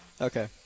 Okay